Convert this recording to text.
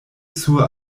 sur